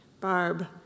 Barb